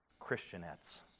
Christianettes